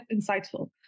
insightful